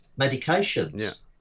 medications